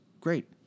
great